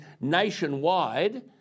nationwide